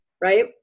Right